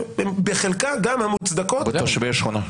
ובחלקה גם המוצדקת --- ותושבי שכונה.